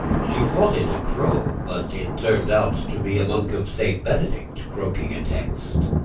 she thought it a crow, but it turn out to be a monk of st. benedict croaking a text.